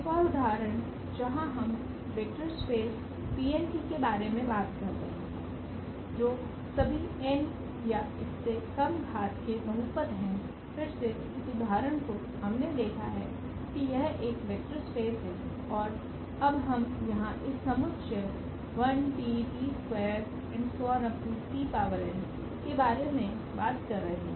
एक और उदाहरण जहां हम वेक्टर स्पेस के बारे में बात कर रहे हैं जो सभीn या इससे कम घात के बहुपद है फिर से इस उदाहरण को हमने देखा है कि यह एक वेक्टर स्पेस है और अब हम यहां इस समुच्चय के बारे में बात कर रहे हैं